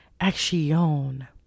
action